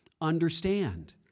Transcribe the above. understand